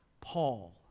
Paul